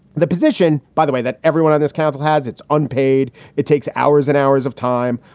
the position, by the way, that everyone on this council has, it's unpaid. it takes hours and hours of time.